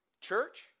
Church